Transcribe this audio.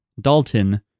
Dalton